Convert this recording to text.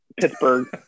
Pittsburgh